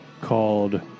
called